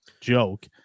joke